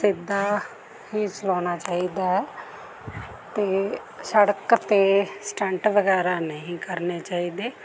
ਸਿੱਧਾ ਹੀ ਚਲਾਉਣਾ ਚਾਹੀਦਾ ਹੈ ਅਤੇ ਸੜਕ 'ਤੇ ਸਟੰਟ ਵਗੈਰਾ ਨਹੀਂ ਕਰਨੇ ਚਾਹੀਦੇ